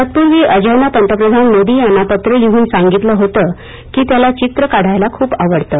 तत्पूर्वी अजयने मोदींना पत्र लिहून सांगितलं होतं की त्याला चित्र काढायला खूप आवडतं